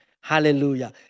Hallelujah